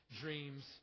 dreams